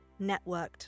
networked